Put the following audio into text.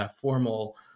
formal